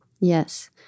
Yes